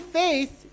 faith